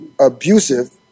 abusive